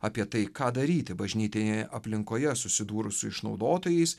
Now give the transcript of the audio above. apie tai ką daryti bažnytinėje aplinkoje susidūrus su išnaudotojais